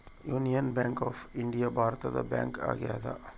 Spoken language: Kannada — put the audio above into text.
ಯೂನಿಯನ್ ಬ್ಯಾಂಕ್ ಆಫ್ ಇಂಡಿಯಾ ಭಾರತದ ಬ್ಯಾಂಕ್ ಆಗ್ಯಾದ